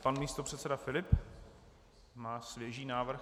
Pan místopředseda Filip má jistě svěží návrh.